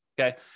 Okay